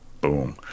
Boom